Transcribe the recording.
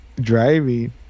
driving